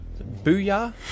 Booyah